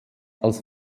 als